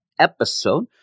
episode